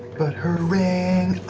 but her ring